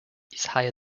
higher